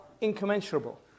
incommensurable